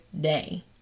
day